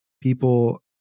people